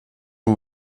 und